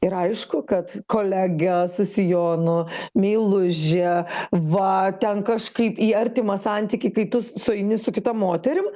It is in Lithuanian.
ir aišku kad kolegė su sijonu meilužė va ten kažkaip į artimą santykį kai tu sueini su kita moterim